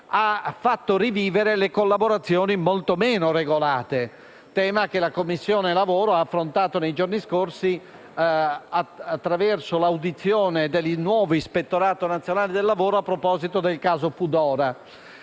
ha fatto rivivere le collaborazioni molto meno regolate: tema che la Commissione lavoro ha affrontato nei giorni scorsi attraverso l'audizione del nuovo Ispettorato nazionale del lavoro a proposito del caso Foodora.